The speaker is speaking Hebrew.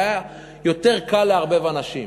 והיה יותר קל לערבב אנשים.